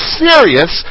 serious